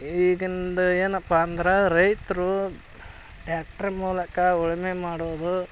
ಈಗಿಂದು ಏನಪ್ಪ ಅಂದ್ರೆ ರೈತರು ಟ್ಯಾಕ್ಟ್ರು ಮೂಲಕ ಉಳುಮೆ ಮಾಡೋದು